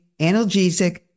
analgesic